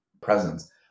presence